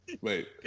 wait